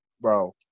bro